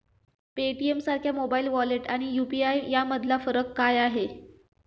पेटीएमसारख्या mobile wallet आणि UPI यामधला फरक काय आहे?